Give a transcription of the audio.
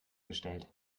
gestellt